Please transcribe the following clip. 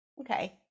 okay